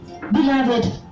Beloved